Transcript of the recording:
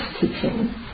teaching